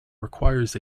requires